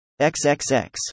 xxx